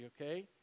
okay